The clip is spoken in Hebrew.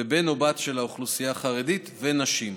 בן או בת האוכלוסייה החרדית ונשים.